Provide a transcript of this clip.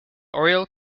oriel